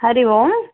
हरिः ओम्